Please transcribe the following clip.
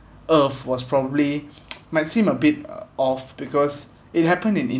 earth was probably might seem a bit uh off because it happened in in~